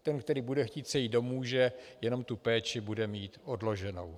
Ten, který bude chtít, se jí domůže, jenom tu péči bude mít odloženou.